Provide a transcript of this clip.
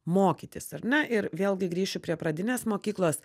mokytis ar ne ir vėlgi grįšiu prie pradinės mokyklos